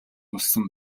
болсон